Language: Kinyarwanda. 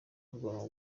rwanga